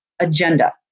agenda